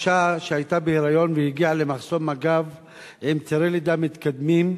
אשה שהיתה בהיריון והגיעה למחסום מג"ב עם צירי לידה מתקדמים,